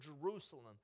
Jerusalem